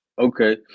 Okay